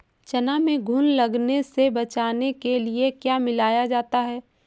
चना में घुन लगने से बचाने के लिए क्या मिलाया जाता है?